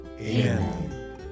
Amen